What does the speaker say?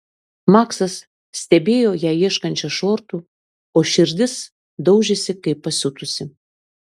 maksas stebėjo ją ieškančią šortų o širdis daužėsi kaip pasiutusi